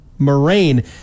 Moraine